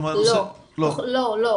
לא.